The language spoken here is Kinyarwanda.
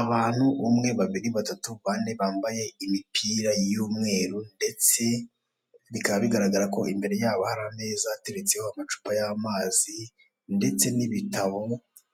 Abantu umwe, babiri, batatu, bane, bambaye imipira y'umweru ndetse bikaba bigaragara ko imbere ya bo hari ameza ateretseho amacupa y'amazi, ndetse n'ibitabo,